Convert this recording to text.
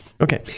Okay